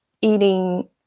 eating